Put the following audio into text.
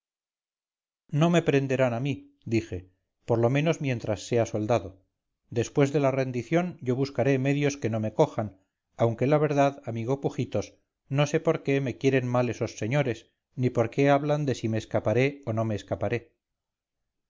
no me prenderán a mí dije por lo menos mientras sea soldado después de la rendición yo buscaré medios de que no me cojan aunque la verdad amigo pujitos no sé por qué me quieren mal esos señores ni por qué hablan de si me escaparé o no me escaparé